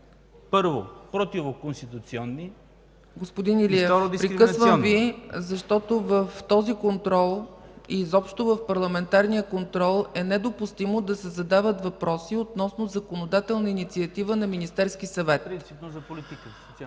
първо, противоконституционни, и второ, дискриминационни.